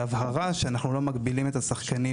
זו הבהרה שאנחנו לא מגבילים את השחקנים